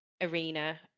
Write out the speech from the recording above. arena